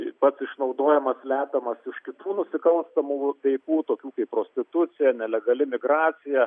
taip pat išnaudojimas slepiamas už kitų nusikalstamų veikų tokių kaip prostitucija nelegali migracija